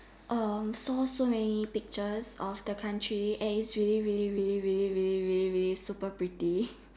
um so so many pictures of the country and it's really really really really really really really really really super pretty